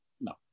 No